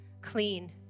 clean